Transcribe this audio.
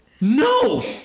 No